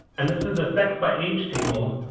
and this is the sex by age table